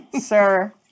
Sir